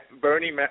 Bernie